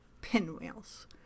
pinwheels